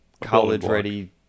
college-ready